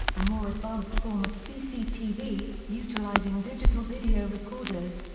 a more advanced form of cctv, utilizing digital video recorders,